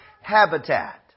habitat